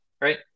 right